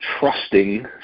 trusting